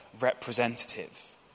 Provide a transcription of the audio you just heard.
representative